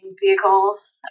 vehicles